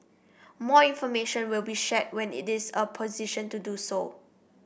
more information will be shared when it is in a position to do so